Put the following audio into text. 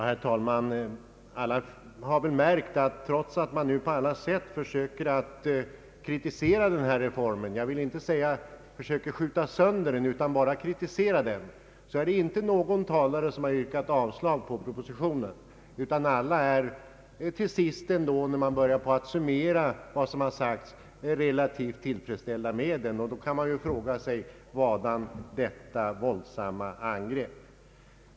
Herr talman! Alla har väl märkt att trots att man på alla sätt försöker kriti sera den föreslagna reformen — jag vill inte gå så långt som att säga ait man försöker skjuta sönder den — är det inte någon talare som har yrkat avslag på propositionen. När man börjar att summera vad som har sagts är alla till sist relativt tillfredsställda med den. Då kan man fråga sig: Varför detta våldsamma angrepp?